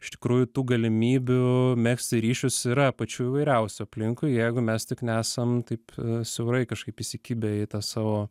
iš tikrųjų tų galimybių megzti ryšius yra pačių įvairiausių aplinkui jeigu mes tik nesam taip siaurai kažkaip įsikibę į tą savo